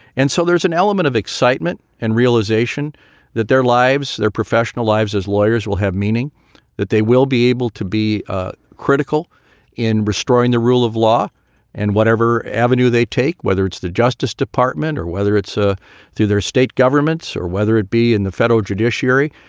and so there's an element of excitement and realization that their lives, their professional lives as lawyers will have meaning that they will be able to be ah critical in restoring the rule of law and whatever avenue they take, whether it's the justice department or whether it's ah through their state governments or whether it be in the federal judiciary.